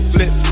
Flip